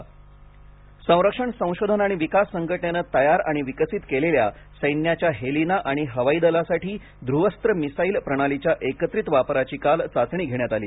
D R D O Helina संरक्षण संशोधन आणि विकास संघटनेने तयार आणि विकसित केलेल्या सैन्याच्या हेलिना आणि हवाई दलासाठी ध्रुवस्त्र मिसाईल प्रणालीच्या एकत्रित वापराची काल चाचणी घेण्यात आली